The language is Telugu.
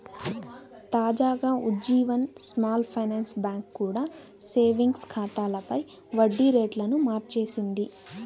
తాజాగా ఉజ్జీవన్ స్మాల్ ఫైనాన్స్ బ్యాంక్ కూడా సేవింగ్స్ ఖాతాలపై వడ్డీ రేట్లను మార్చేసింది